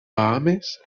bahames